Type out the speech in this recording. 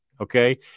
Okay